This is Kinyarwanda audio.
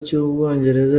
cy’ubwongereza